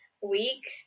week